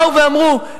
באו ואמרו,